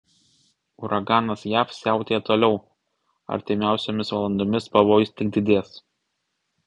uraganas jav siautėja toliau artimiausiomis valandomis pavojus tik didės